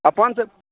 अपन सब